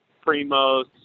Primo's